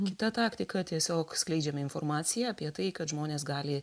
kita taktika tiesiog skleidžiame informaciją apie tai kad žmonės gali